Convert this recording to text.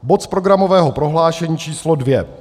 Bod z programového prohlášení číslo dvě.